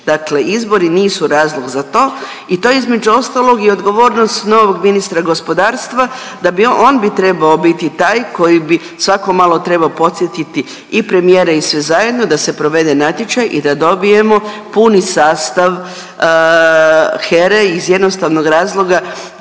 Dakle, izbori nisu razlog za to i to je između ostalog i odgovornost novog ministra gospodarstva da bi on, on bi trebao biti taj koji bi svako malo trebao podsjetiti i premijera i sve zajedno da se provede natječaj i da dobijemo puni sastav HERA-e iz jednostavnog razloga,